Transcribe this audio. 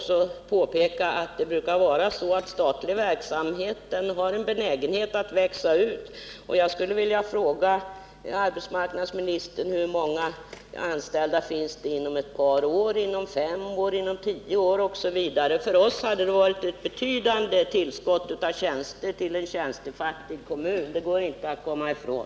Statlig verksamhet har en benägenhet att växa ut. Jag skulle vilja fråga arbetsmarknadsministern: Hur många anställda finns inom fem år och inom tio år osv.? För oss hade det varit ett betydande tillskott av tjänster till en tjänstefattig kommun. Det går inte att komma ifrån.